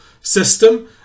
system